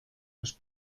los